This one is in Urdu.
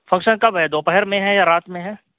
فنکشن کب ہے دوپہر میں ہے یا رات میں ہے